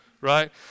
right